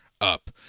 up